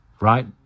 right